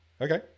Okay